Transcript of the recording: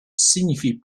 signifie